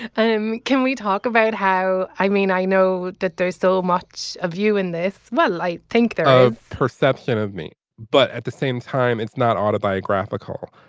um can we talk about how i mean i know that there's so much of you in this well i think there's a perception of me. but at the same time it's not autobiographical.